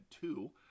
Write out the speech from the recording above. two